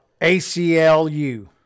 ACLU